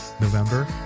November